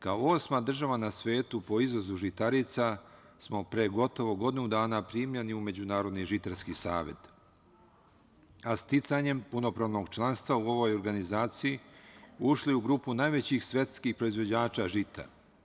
Kao osma država na svetu po izvozu žitarica smo pre gotovo godinu dana primljeni u Međunarodni žitarski savet, a sticanjem punopravnog članstva u ovoj organizaciji ušli u grupu najvećih svetskih proizvođača žita.